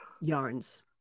yarns